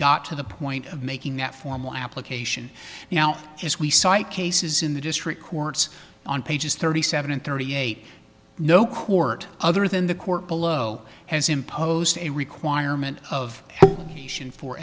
got to the point of making that formal application now as we cite cases in the district courts on pages thirty seven and thirty eight no court other than the court below has imposed a requirement of the nation for